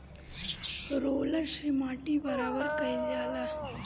roller से माटी बराबर कइल जाला